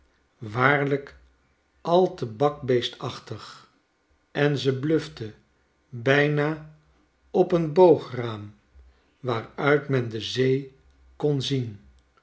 waarlyk al te bakbeestachtig en ze blufte bijna op een boograam waaruit men de zee kon zien